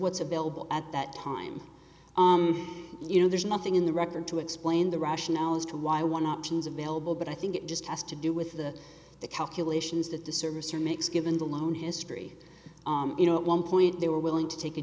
what's available at that time you know there's nothing in the record to explain the rationale as to why one options available but i think it just has to do with the the calculations that the service or makes given the loan history you know at one point they were willing to take a